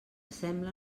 sembla